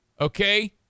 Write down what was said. Okay